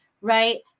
right